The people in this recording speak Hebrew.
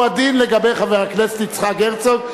הוא הדין לגבי חבר הכנסת יצחק הרצוג.